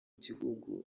gihugu